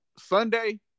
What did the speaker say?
Sunday